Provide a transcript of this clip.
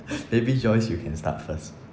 maybe joyce you can start first